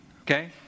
okay